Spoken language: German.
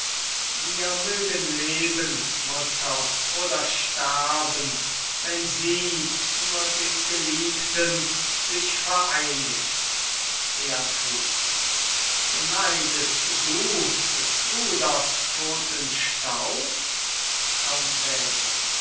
wir mögen leben mutter oder sterben wenn sie nur dem geliebten sich vereinigt beatrice beneidest du des bruders todten staub